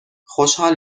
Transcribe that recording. خوشحال